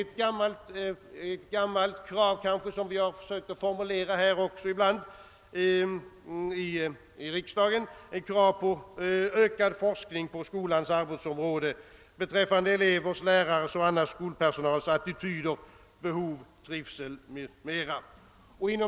Ett gammalt krav, som vi ibland försökt formulera också här i riksdagen, är ökad forskning på skolans arbetsområde beträffande elevers, lärares och annan skolpelsonals attityder, behov, trivsel m.m.